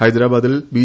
ഹൈദ്രാബാദിൽ B